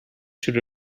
should